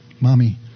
Mommy